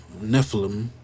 Nephilim